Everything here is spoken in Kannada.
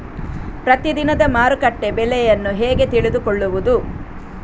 ಪ್ರತಿದಿನದ ಮಾರುಕಟ್ಟೆ ಬೆಲೆಯನ್ನು ಹೇಗೆ ತಿಳಿದುಕೊಳ್ಳುವುದು?